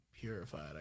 purified